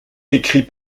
écrit